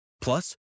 Plus